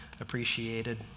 appreciated